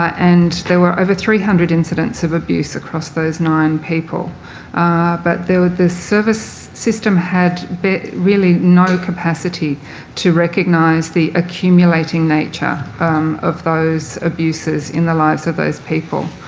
and there were over three hundred incidents of abuse across those nine people but there were the service system had really no capacity to recognise the accumulating nature of those abuses in the lives of those people.